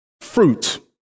fruit